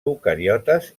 eucariotes